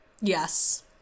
yes